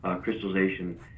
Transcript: crystallization